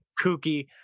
kooky